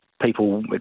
people